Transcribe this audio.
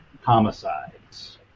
homicides